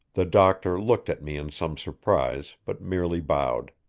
the doctor looked at me in some surprise, but merely bowed.